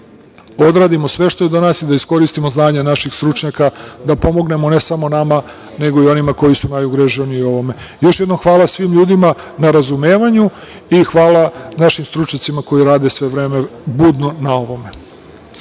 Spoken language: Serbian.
da odradimo sve što je do nas i da iskoristimo znanja naših stručnjaka, da pomognemo ne samo nama, nego i onima koji su najugroženiji u ovome. Još jednom hvala svim ljudima na razumevanju i hvala našim stručnjacima koji rade sve vreme budno na ovome.